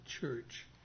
church